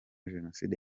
jenoside